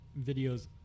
videos